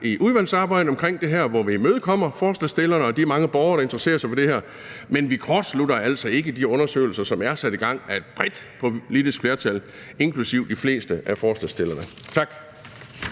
i udvalgsarbejdet om det her, hvor vi imødekommer forslagsstillerne og de mange borgere, der interesserer sig for det her. Men vi kortslutter altså ikke de undersøgelser, som er sat i gang af et bredt politisk flertal inklusive de fleste af forslagsstillerne. Tak.